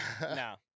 No